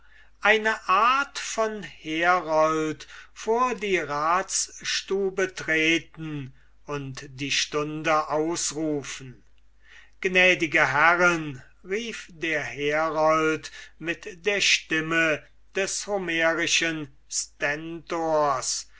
eine art von herold vor die ratsstube treten und die stunde ausrufen gnädige herren rief der herold mit der stimme des homerischen